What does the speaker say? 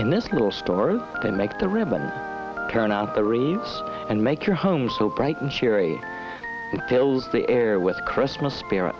in this little story they make the ribbon turn out the reams and make your home so bright and cheery fills the air with christmas spirit